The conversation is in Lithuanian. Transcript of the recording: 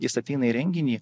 jis ateina į renginį